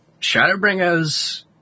Shadowbringers